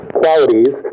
qualities